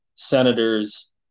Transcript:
senators